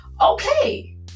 okay